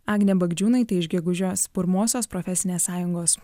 agnė bagdžiūnaitė iš gegužės pirmosios profesinės sąjungos